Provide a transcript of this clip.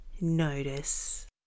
notice